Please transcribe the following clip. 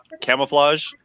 camouflage